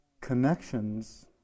connections